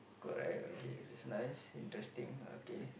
correct okay that's nice interesting okay